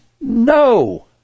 No